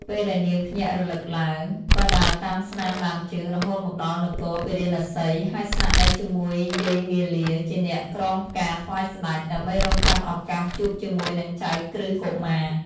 ពេលដែលនាងភ្ញាក់រលឹកឡើង ក៏ដើរតាមស្នាមដានជើង រហូតមកដល់នគរពារាណសី ហើយស្នាក់នៅជាមួយយាយមាលាជាអ្នកក្រងផ្កាថ្វាយស្តេច ដើម្បីរង់ចាំឱកាសជួបជាមួយនឹងចៅក្រឹស្នកុមារ។